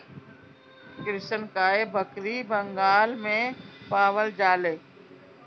कृष्णकाय बकरी बंगाल में पावल जाले